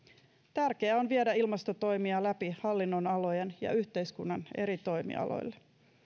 tärkeää on viedä ilmastotoimia läpi hallinnonalojen ja yhteiskunnan eri toimialoille